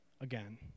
again